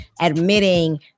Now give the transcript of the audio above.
admitting